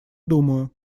думаю